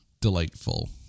delightful